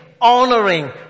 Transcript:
honoring